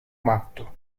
matto